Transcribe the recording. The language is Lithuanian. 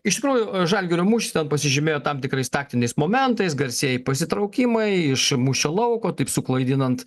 iš tikrųjų žalgirio mūšis ten pasižymėjo tam tikrais taktiniais momentais garsieji pasitraukimai iš mūšio lauko taip suklaidinant